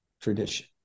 tradition